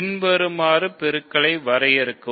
பின்வருமாறு பெருக்கலை வரையறுக்கவும்